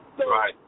Right